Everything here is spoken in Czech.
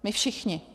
My všichni.